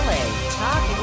Talk